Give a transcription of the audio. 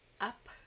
Up